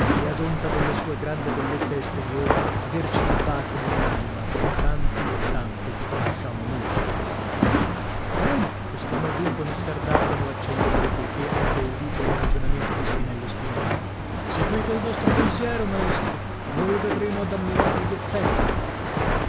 e ad onta della sua grande bellezza esteriore averci il baco nell'anima come tanti e tante che conosciamo noi bene esclamò dunque messer dardano acciaiuoli poichè ebbe udito il ragionamento di spinello spinelli seguite il vostro pensiero maestro noi verremo ad ammirare gli effetti